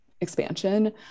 expansion